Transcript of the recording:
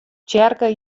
tsjerke